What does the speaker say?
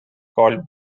called